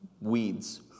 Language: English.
weeds